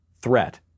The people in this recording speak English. threat